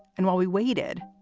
and while we waited,